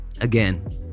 Again